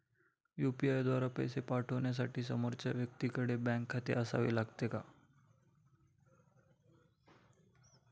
UPI द्वारा पैसे पाठवण्यासाठी समोरच्या व्यक्तीकडे बँक खाते असावे लागते का?